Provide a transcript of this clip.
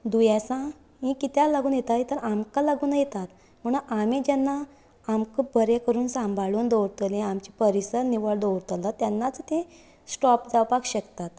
दुयेंसां हीं कित्याक लागून येताय तर आमकां लागून येतात म्हणू आमी जेन्ना आमकां बरें करून सांबाळून दवरतलें आमचें परिसर निवळ दवरतलें तेन्नाच तें स्टॉप जावपाक शकतात